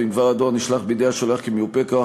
ואם דבר הדואר נשלח ביד השולח כמיופה כוח